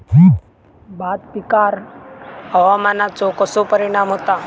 भात पिकांर हवामानाचो कसो परिणाम होता?